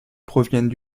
proviennent